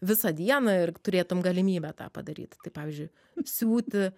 visą dieną ir turėtum galimybę tą padaryt tai pavyzdžiui siūti